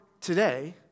today